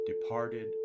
departed